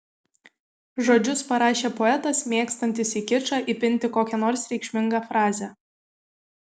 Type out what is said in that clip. žodžius parašė poetas mėgstantis į kičą įpinti kokią nors reikšmingą frazę